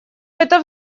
это